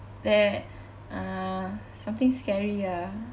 there uh something scary ah